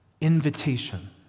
Invitation